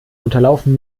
unterlaufen